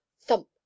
thump